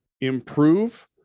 improve